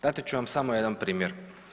Dati ću vam samo jedan primjer.